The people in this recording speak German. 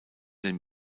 den